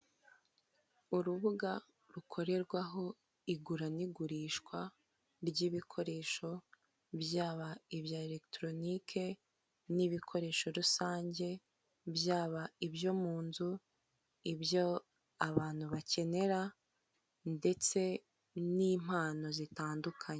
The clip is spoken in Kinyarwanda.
Urubuga rukorerwaho igura n'igurishwa ry'ibikoresho, byaba ibya eregitoronike n'ibikoresho rusange, byaba ibyo mu nzu, ibyo abantu bakenera ndetse n'impano zitandukanye.